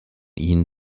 ihnen